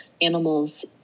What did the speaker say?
animals